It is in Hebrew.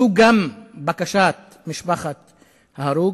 וזאת גם בקשת משפחת ההרוג,